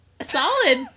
solid